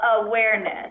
awareness